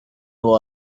will